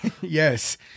Yes